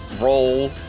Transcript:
roll